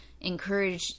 encourage